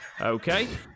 okay